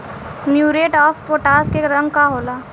Muriate of potash के रंग का होला?